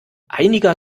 einiger